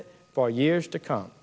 it for years to come